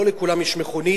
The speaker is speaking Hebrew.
לא לכולם יש מכונית,